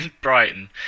Brighton